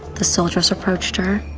the soldiers approached her.